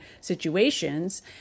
situations